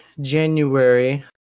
January